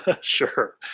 Sure